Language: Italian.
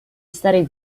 stare